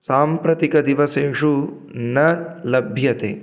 साम्प्रतिकदिवसेषु न लभ्यते